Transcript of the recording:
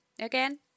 again